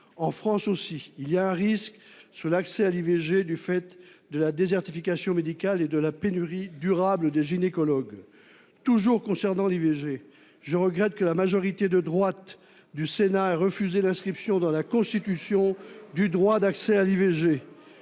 En France aussi, il y a un risque sur l'accès à l'IVG du fait de la désertification médicale et de la pénurie durable de gynécologues. Je regrette d'ailleurs que la majorité de droite du Sénat ait refusé l'inscription dans la Constitution du droit d'accès à l'IVG.